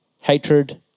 hatred